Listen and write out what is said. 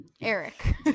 Eric